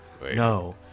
No